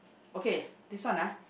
okay this one ah